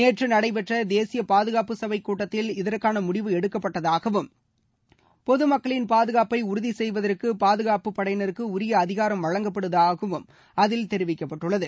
நேற்று நடைபெற்ற தேசிய பாதுகாப்பு சபை கூட்டத்தில்இதற்கான முடிவு எடுக்கப்பட்டதாகவும் பொது மக்களின் பாதுகாப்பை உறுதி செய்வதற்கு பாதுகாப்பு படையினருக்கு உரிய அதிகாரம் வழங்கப்படுவதாகவும் அதில் தெரிவிக்கப்பட்டுள்ளது